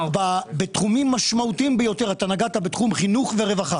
בתחומים משמעותיים ביותר - אתה נגעת בתחום חינוך ורווחה